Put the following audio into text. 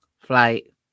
flight